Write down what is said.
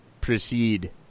proceed